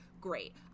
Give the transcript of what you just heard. great